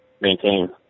maintain